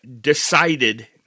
decided